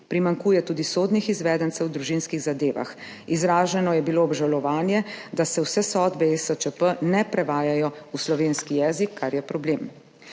primanjkuje tudi sodnih izvedencev v družinskih zadevah. Izraženo je bilo obžalovanje, da se vse sodbe ESČP ne prevajajo v slovenski jezik, kar je problem.